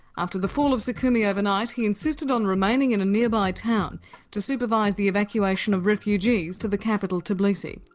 after the fall of sukhumi overnight, he insisted on remaining in a nearby town to supervise the evacuation of refugees to the capital, tbilisi.